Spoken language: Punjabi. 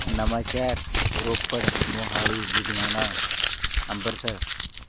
ਨਵਾਂਸ਼ਹਿਰ ਰੋਪੜ ਮੋਹਾਲੀ ਲੁਧਿਆਣਾ ਅੰਬਰਸਰ